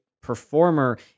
performer